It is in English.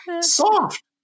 Soft